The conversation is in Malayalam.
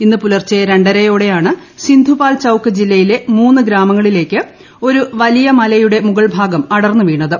ഇന്ന് പുലർച്ചെ രണ്ടര്യോടെയാണ് സിന്ധുപാൽചൌക്ക് ജില്ലയിലെ മൂന്നു ഗ്രാമങ്ങളില്പ്പേക്ക് ഒരു വലിയ മലയുടെ മുകൾ ഭാഗം അടർന്നു വീണത്